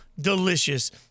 delicious